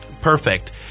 perfect